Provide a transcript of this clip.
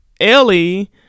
Ellie